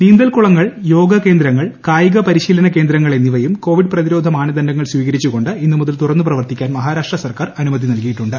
നീന്തൽ കുളങ്ങൾ യോഗ കേന്ദ്രങ്ങൾ കായിക പരിശീലന കേന്ദ്രങ്ങൾ എന്നിവയും കോവിഡ് പ്രതിരോധ മാനദണ്ഡങ്ങൾ സ്വീകരിച്ചുകൊണ്ട് ഇന്ന് മുതൽ തുറന്നു പ്രവർത്തിക്കാൻ മഹാരാഷ്ട്ര സർക്കാർ അനുമതി നൽകിയിട്ടുണ്ട്